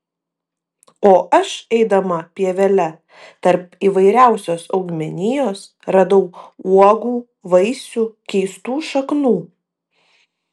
o aš eidama pievele tarp įvairiausios augmenijos radau uogų vaisių keistų šaknų